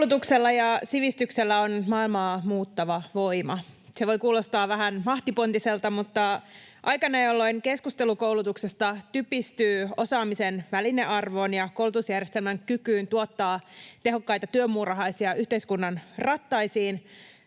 Koulutuksella ja sivistyksellä on maailmaa muuttava voima. Se voi kuulostaa vähän mahtipontiselta, mutta aikana, jolloin keskustelu koulutuksesta typistyy osaamisen välinearvoon ja koulutusjärjestelmän kykyyn tuottaa tehokkaita työmuurahaisia yhteiskunnan rattaisiin,